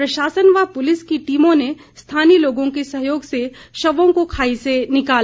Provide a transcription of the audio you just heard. प्रशासन व पुलिस की टीमों ने स्थानीय लोगों के सहयोग से शवों को खाई से निकाला